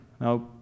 Now